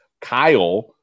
Kyle